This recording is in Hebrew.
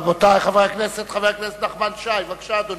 חבר הכנסת נחמן שי, בבקשה, אדוני.